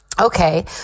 Okay